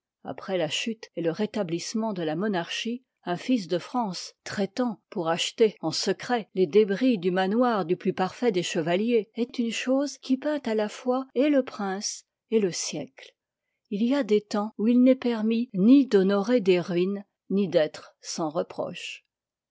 apres la chute çt le rétablissement de la monarchie un fils de france traitant pour acheter en secret les débris du manoir du plus parfait des chevaliers est une chose qui peint à la fois et le prince et le siècle il y a des temps où il n'est permis ni d'honorer des ruines ni d'être sans reproche